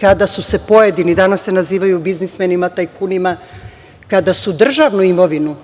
kada su se pojedini, danas se nazivaju biznismenima, tajkunima, kada su državnu imovinu